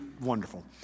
wonderful